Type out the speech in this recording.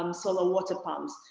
um solar water plants.